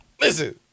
Listen